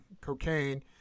cocaine